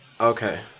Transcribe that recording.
Okay